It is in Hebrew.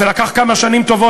זה לקח כמה שנים טובות,